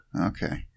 Okay